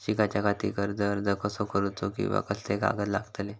शिकाच्याखाती कर्ज अर्ज कसो करुचो कीवा कसले कागद लागतले?